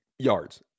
Yards